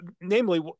namely